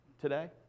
today